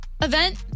event